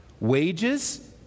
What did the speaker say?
wages